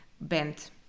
bent